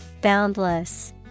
Boundless